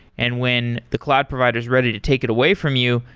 and when the cloud provider is ready to take it away from you,